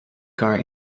kar